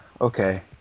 Okay